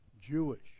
Jewish